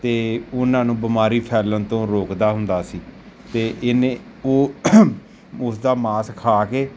ਅਤੇ ਉਹਨਾਂ ਨੂੰ ਬਿਮਾਰੀ ਫੈਲਣ ਤੋਂ ਰੋਕਦਾ ਹੁੰਦਾ ਸੀ ਅਤੇ ਇਸ ਨੇ ਉਹ ਉਸਦਾ ਮਾਸ ਖਾ ਕੇ